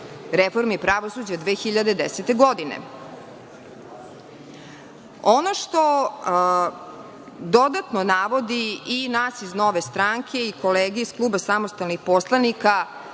reformi pravosuđa 2010. godine. Ono što dodatno navodi i nas iz Nove stranke, i kolege iz kluba samostalnih poslanika